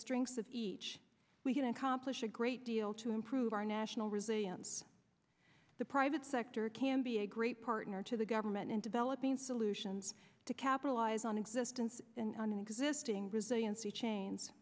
strengths of each we can accomplish a great deal to improve our national resilience the private sector can be a great partner to the government in developing solutions to capitalize on existence and on existing resiliency chains